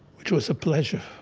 which was a pleasure.